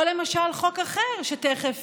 או למשל חוק אחר, שתכף